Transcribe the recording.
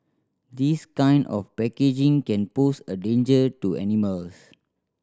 this kind of packaging can pose a danger to animals